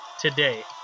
today